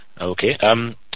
Okay